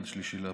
עד 3 באפריל,